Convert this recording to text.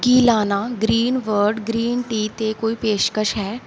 ਕੀ ਲਾਨਾ green bird green tea 'ਤੇ ਕੋਈ ਪੇਸ਼ਕਸ਼ ਹੈ